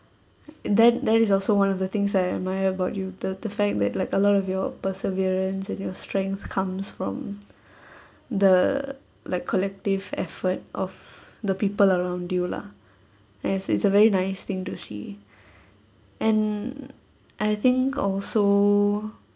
and that that is also one of the things that I admire about you the the fact that like a lot of your perseverance and your strength comes from the like collective effort of the people around you lah as it's a very nice thing to see and I think also